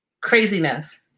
Craziness